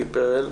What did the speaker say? לי פרל,